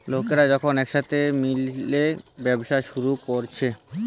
লোকরা যখন একসাথে মিলে ব্যবসা শুরু কোরছে